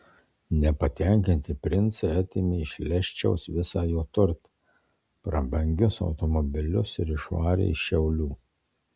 nepatenkinti princai atėmė iš leščiaus visą jo turtą prabangius automobilius ir išvarė iš šiaulių